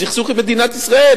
בסכסוך עם מדינת ישראל,